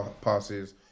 passes